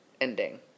ending